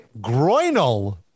groinal